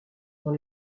dans